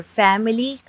family